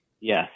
Yes